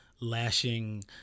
lashing